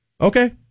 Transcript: Okay